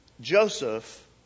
Joseph